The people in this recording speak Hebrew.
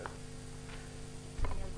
"(ג)